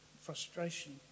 frustration